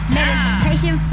Meditation